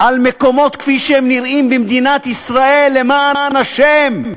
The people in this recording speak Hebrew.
על מקומות כפי שהם נראים במדינת ישראל, למען השם.